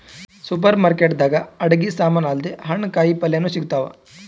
super market ದಾಗ್ ಅಡಗಿ ಸಮಾನ್ ಅಲ್ದೆ ಹಣ್ಣ್ ಕಾಯಿಪಲ್ಯನು ಸಿಗ್ತಾವ್